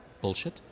bullshit